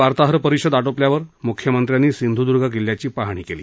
वार्ताहर परिषद आटोपल्यावर मुख्यमंत्र्यांनी सिंधुदुर्ग किल्ल्याची पाहणी केली